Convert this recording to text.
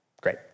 Great